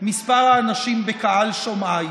מספר האנשים בקהל שומעיי.